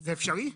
זה אפשרי?